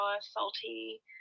salty